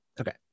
okay